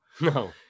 no